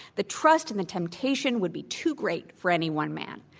the trust and the temptation would be too great for any one man.